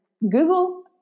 Google –